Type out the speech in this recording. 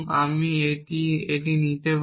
আমি এটি এবং এটি নিতে পারি